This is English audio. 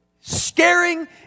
scaring